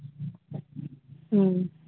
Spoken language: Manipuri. ꯎꯝ